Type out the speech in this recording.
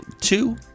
Two